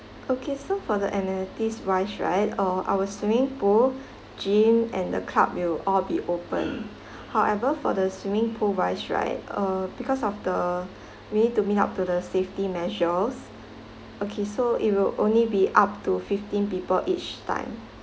okay so for the amenities wise right uh our swimming pool gym and the club will all be opened however for the swimming pool wise right uh because of the we need to meet up to the safety measure okay so it will only be up to fifteen people each time